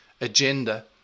agenda